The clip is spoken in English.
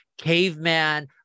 caveman